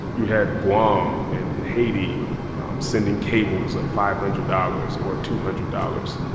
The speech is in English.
you had guam and and haiti sending cables of five hundred dollars or two hundred dollars.